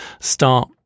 start